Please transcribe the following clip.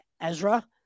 Ezra